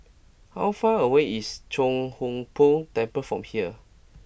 how far away is Chia Hung Boo Temple from here